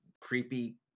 creepy